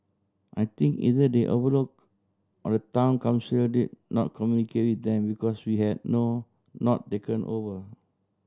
I think either they overlook or the Town Council did not communicate with them because we had no not taken over